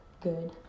good